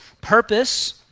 purpose